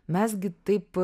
mes gi taip